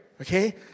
okay